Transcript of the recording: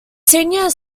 senior